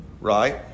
right